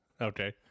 okay